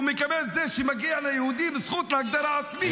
ומקבל את זה שמגיעה ליהודים זכות להגדרה עצמית.